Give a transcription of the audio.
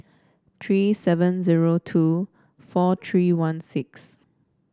three seven zero two four three one six